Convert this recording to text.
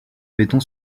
béton